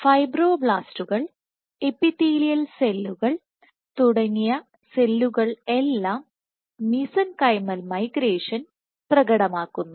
ഫൈബ്രോബ്ലാസ്റ്റുകൾ എപ്പിത്തീലിയൽ സെല്ലുകൾ തുടങ്ങിയ സെല്ലുകൾ എല്ലാം മിസെൻകൈമൽ മൈഗ്രേഷൻ പ്രകടമാക്കുന്നു